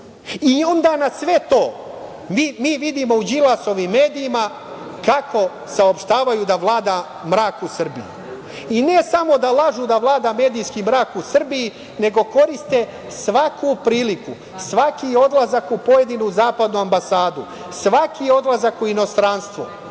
i onda na sve to vidimo u Đilasovim medijima kako saopštavaju da vlada mrak u Srbiji. Ne samo da lažu da vlada medijski mrak u Srbiji, nego koriste svaku priliku, svaki odlazak u pojedinu zapadnu ambasadu, svaki odlazak u inostranstvo,